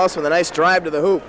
also the nice drive to the who